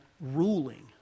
ruling